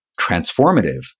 transformative